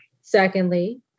Secondly